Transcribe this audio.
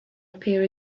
appear